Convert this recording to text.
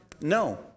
No